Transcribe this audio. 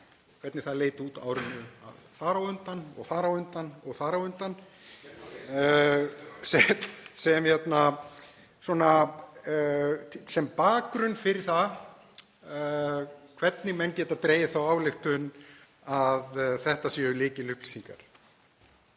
hvernig það leit út á árinu þar á undan og þar á undan og þar á undan, sem svona bakgrunn fyrir það hvernig menn geta dregið þá ályktun að þetta séu lykilupplýsingar.